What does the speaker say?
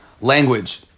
language